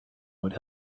would